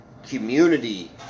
Community